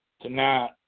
tonight